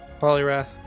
Polyrath